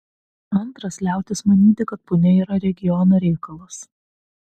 antras liautis manyti kad punia yra regiono reikalas